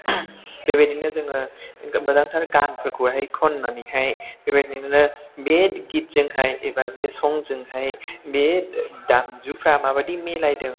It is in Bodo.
बेबायदिनो जोङो मोजांथार गानफोरखौहाय खननानैहाय बेबायदिनो बे गितजोंहाय एबा बे संजोंहाय बे दामजुफ्रा माबायदि मिलायदों